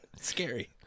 scary